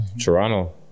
Toronto